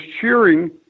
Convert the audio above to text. cheering